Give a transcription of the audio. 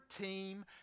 team